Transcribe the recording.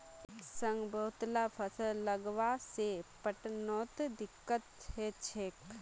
एक संग बहुतला फसल लगावा से पटवनोत दिक्कत ह छेक